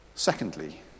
Secondly